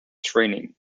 training